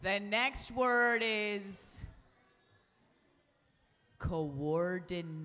the next word is cold war didn't